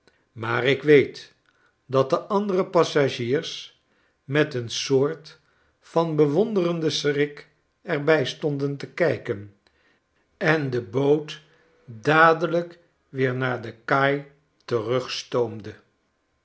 maar ik weet dat de anderepassagiersmet eensoort van bewonderenden schrik erbij stondentekiken en de boot dadelijk weer naar de kaai